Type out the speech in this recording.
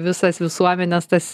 visas visuomenės tas